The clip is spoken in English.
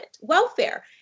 welfare